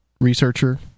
researcher